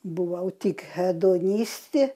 buvau tik hedonistė